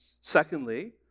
Secondly